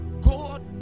God